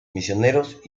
misioneros